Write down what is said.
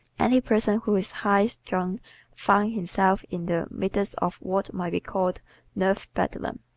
any person who is high strung finds himself in the midst of what might be called nerve-bedlam.